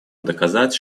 доказать